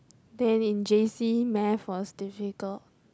then in J_C math was difficult